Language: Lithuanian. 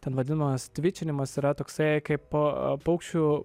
ten vadinas tvičinimas yra toksai kaip paukščių